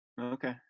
Okay